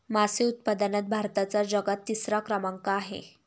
मासे उत्पादनात भारताचा जगात तिसरा क्रमांक आहे